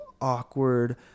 awkward